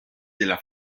della